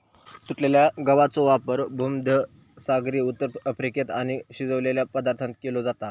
तुटलेल्या गवाचो वापर भुमध्यसागरी उत्तर अफ्रिकेत आणि शिजवलेल्या पदार्थांत केलो जाता